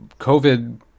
COVID